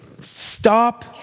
stop